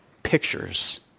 pictures